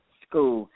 school